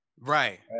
right